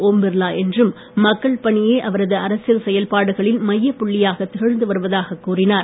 ஓம் பிர்லா என்றும் மக்கள் பணியே அவரது அரசியல் செயல்பாடுகளின் மையப் புள்ளியாக திகழ்ந்து வருவதாக கூறினார்